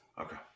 Okay